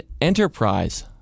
enterprise